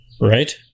right